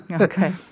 Okay